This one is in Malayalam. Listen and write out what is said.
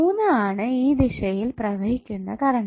മൂന്ന് ആണ് ഈ ദിശയിൽ പ്രവഹിക്കുന്ന കറണ്ട്